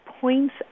points